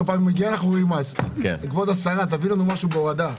כבוד השרה, תביאי לנו משהו בהורדה.